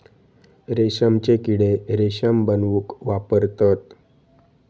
रेशमचे किडे रेशम बनवूक वापरतत